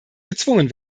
gezwungen